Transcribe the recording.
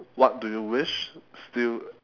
what do you wish still